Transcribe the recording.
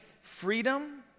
freedom